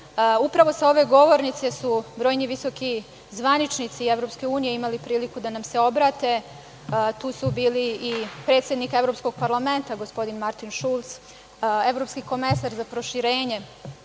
sa ove govornice su brojni visoki zvaničnici EU imali priliku da nam se obrate, tu su bili i predsednik Evropskog parlamenta gospodin Martin Šulc, evropski komesar za proširenje